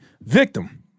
victim